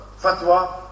fatwa